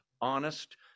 Honest